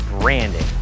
branding